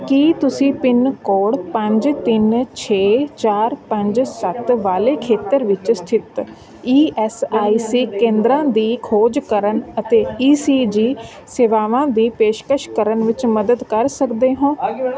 ਕੀ ਤੁਸੀਂ ਪਿੰਨਕੋਡ ਪੰਜ ਤਿੰਨ ਛੇ ਚਾਰ ਪੰਜ ਸੱਤ ਵਾਲੇ ਖੇਤਰ ਵਿੱਚ ਸਥਿਤ ਈ ਐਸ ਆਈ ਸੀ ਕੇਂਦਰਾਂ ਦੀ ਖੋਜ ਕਰਨ ਅਤੇ ਈ ਸੀ ਜੀ ਸੇਵਾਵਾਂ ਦੀ ਪੇਸ਼ਕਸ਼ ਕਰਨ ਵਿੱਚ ਮਦਦ ਕਰ ਸਕਦੇ ਹੋ